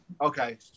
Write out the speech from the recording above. Okay